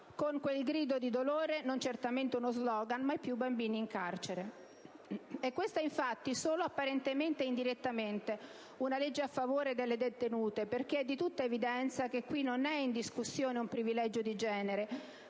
con quel grido di dolore, non certamente uno *slogan*: «mai più bambini in carcere». È questa infatti solo apparentemente e indirettamente una legge a favore delle detenute, perché è di tutta evidenza che qui non è in discussione un «privilegio di genere»